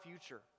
future